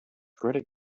credit